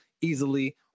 easily